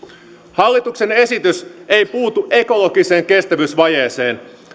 hallituksen esitys ei puutu ekologiseen kestävyysvajeeseen